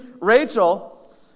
Rachel